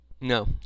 No